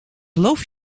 geloof